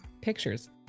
pictures